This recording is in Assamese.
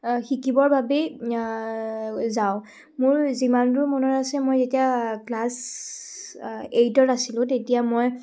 শিকিবৰ বাবে যাওঁ মোৰ যিমান দূৰ মনত আছে মই যেতিয়া ক্লাছ এইটত আছিলোঁ তেতিয়া মই